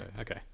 okay